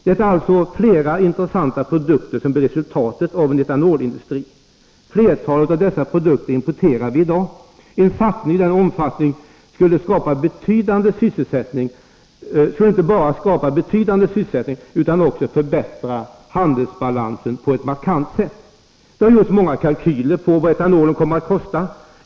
Det är alltså flera intressanta produkter som blir resultatet av en etanolindustri. Flertalet av dessa produkter importerar vi i dag. En satsning i denna omfattning skulle inte bara skapa betydande sysselsättning utan också förbättra handelsbalansen på ett markant sätt. Det har gjorts många kalkyler på vad etanolen kommer att kosta.